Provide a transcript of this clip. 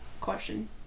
question